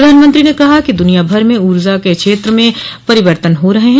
प्रधानमंत्री ने कहा कि द्रनिया भर में ऊर्जा के क्षेत्र में परिवर्तन हो रहे हैं